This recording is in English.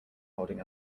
holding